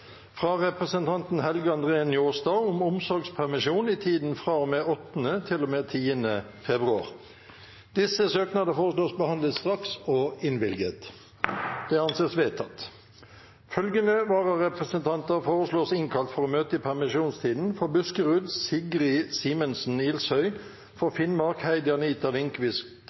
fra representanten Helge André Njåstad om omsorgspermisjon i tiden fra og med 8. til og med 10. februar Etter forslag fra presidenten ble enstemmig besluttet: Søknadene behandles straks og innvilges. Følgende vararepresentanter innkalles for å møte i permisjonstiden: For Buskerud: Sigrid Simensen Ilsøy For Finnmark: